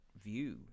view